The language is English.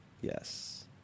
Yes